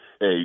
Hey